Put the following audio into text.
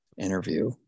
interview